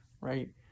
right